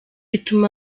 ituma